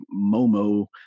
Momo